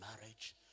marriage